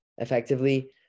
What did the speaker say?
effectively